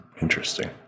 Interesting